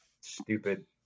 stupid